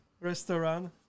restaurant